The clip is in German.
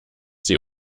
sie